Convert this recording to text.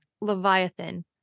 Leviathan